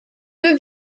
deux